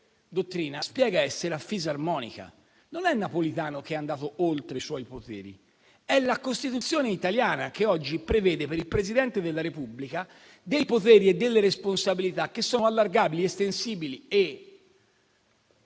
dottrina spiega essere a fisarmonica: non è Napolitano che è andato oltre i suoi poteri; è la Costituzione italiana che oggi prevede per il Presidente della Repubblica poteri e responsabilità allargabili, estensibili e